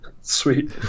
sweet